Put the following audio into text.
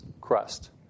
crust